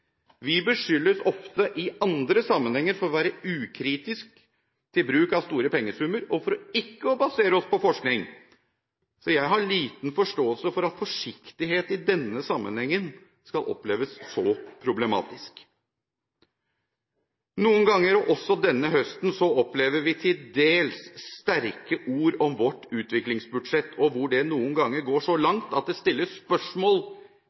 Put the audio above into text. Vi beskyldes ofte i andre sammenhenger for å være ukritiske til bruk av store pengesummer og for ikke å basere oss på forskning, så jeg har liten forståelse for at forsiktighet i denne sammenheng skal oppleves så problematisk. Noen ganger – og også denne høsten – opplever vi til dels sterke ord om vårt utviklingsbudsjett, og hvor det noen ganger går så langt at det stilles spørsmål